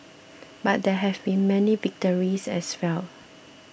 but there have been many victories as well